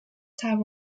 type